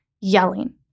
yelling